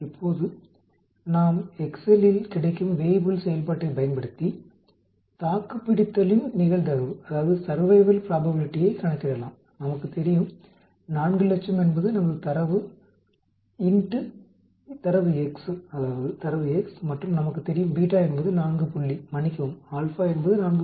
இப்போது நாம் எக்செல்லில் கிடைக்கும் வேய்புல் செயல்பாட்டைப் பயன்படுத்தி தாக்குப்பிடித்தலின் நிகழ்தகவைக் கணக்கிடலாம் நமக்குத் தெரியும் 400000 என்பது நமது தரவு x மற்றும் நமக்குத் தெரியும் β என்பது 4 புள்ளி மன்னிக்கவும் α என்பது 4